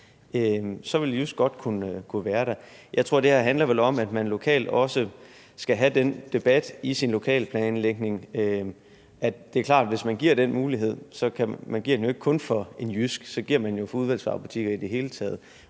vil JYSK godt kunne være der. Jeg tror, at det her vel handler om, at man lokalt også skal have den debat i sin lokalplanlægning, for det er klart, at hvis man giver den mulighed, giver man den jo ikke kun for JYSK, så giver man den jo for udvalgsvarebutikker i det hele taget.